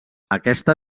aquesta